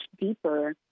deeper